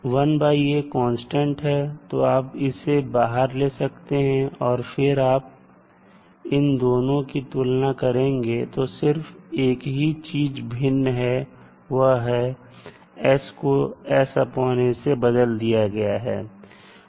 1a constant है तो आप इसे बाहर ले सकते हैं और फिर जब आप इन दोनों की तुलना करेंगे तो सिर्फ एक ही चीज भिन्न है वह है कि s को sa से बदल दिया गया है